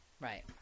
Right